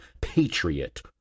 Patriot